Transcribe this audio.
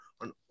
on